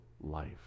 life